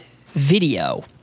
video